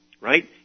right